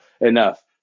enough